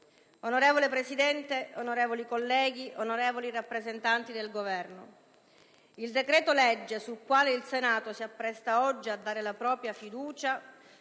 Onorevole Presidente, onorevoli colleghi, onorevoli rappresentanti del Governo, il decreto-legge sul quale il Senato si appresta oggi a dare la propria fiducia